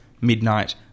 midnight